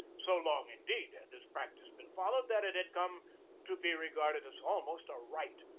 so long, indeed, had this practice been followed that it had come to be re garded as almost a right.